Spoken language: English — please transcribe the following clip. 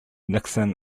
nixon